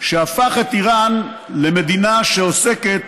שהפך את איראן למדינה שעוסקת